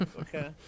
okay